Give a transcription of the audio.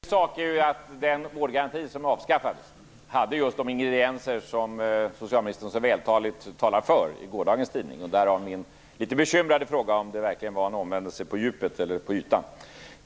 Herr talman! Problemet i sak är att den vårdgaranti som avskaffats hade just de ingredienser som socialministern så vältaligt talade för i gårdagens tidning; därav min litet bekymrade fråga om det verkligen var en omvändelse på djupet eller bara på ytan.